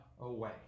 away